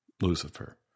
Lucifer